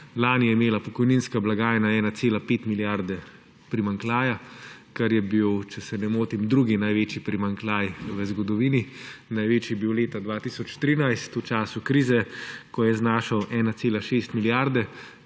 Lani je imela pokojninska blagajna 1,5 milijarde primanjkljaja, kar je bil, če se ne motim, drugi največji primanjkljaj v zgodovini. Največji je bil leta 2013 v času krize, ko je znašal 1,6 milijarde,